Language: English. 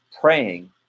praying